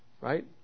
right